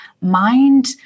mind-